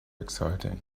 exciting